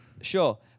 Sure